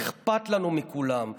אכפת לנו מכולם.